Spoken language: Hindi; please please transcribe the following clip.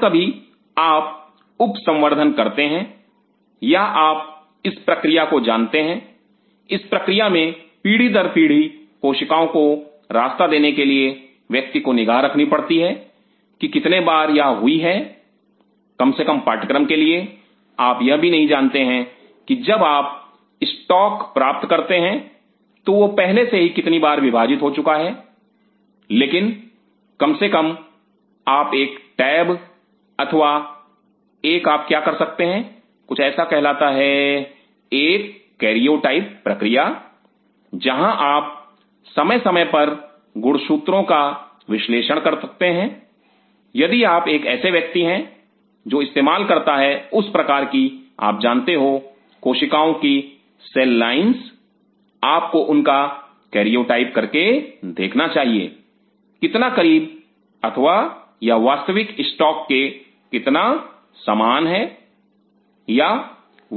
जब कभी आप उप संवर्धन करते हैं या आप इस प्रक्रिया को जानते हैं इस प्रक्रिया मे पीढ़ी दर पीढ़ी कोशिकाओं को रास्ता देने के लिए व्यक्ति को निगाह रखनी पड़ती है कि कितने बार यह हुई है कम से कम पाठ्यक्रम के लिए आप यह भी नहीं जानते हैं कि जब आप स्टॉक प्राप्त करते हैं तो वह पहले से ही कितनी बार विभाजित हो चुका है लेकिन कम से कम आप एक टैब अथवा एक आप क्या कर सकते हैं कुछ ऐसा कहलाता है एक कैरियोटाइप प्रक्रिया जहां आप समय समय पर गुणसूत्रों का विश्लेषण कर सकते हैं यदि आप एक ऐसे व्यक्ति हैं जो इस्तेमाल करता है उस प्रकार की आप जानते हो कोशिकाओं की सेल लाइंस आपको उनका कैरियोटाइप करके देखना चाहिए कितना करीब अथवा यह वास्तविक स्टॉक के कितना समान है या